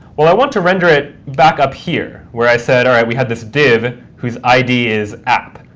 well, i want to render it back up here where i said, all right, we have this div whose idea is app.